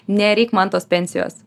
nereik man tos pensijos